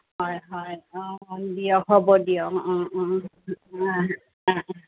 হয় হয় হয় অঁ দিয়ক হ'ব দিয়ক অঁ অঁ